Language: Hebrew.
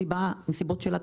מסיבות שלה,